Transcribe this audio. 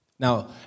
Now